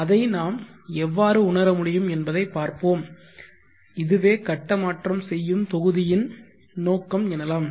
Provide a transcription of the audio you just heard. அதை நாம் எவ்வாறு உணர முடியும் என்பதைப் பார்ப்போம் இதுவே கட்ட மாற்றம் செய்யும் தொகுதியின் நோக்கம் எனலாம்